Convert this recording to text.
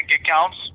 accounts